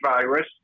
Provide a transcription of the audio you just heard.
virus